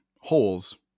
holes